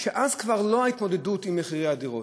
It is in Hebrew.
אז זו כבר לא ההתמודדות עם מחירי הדירות,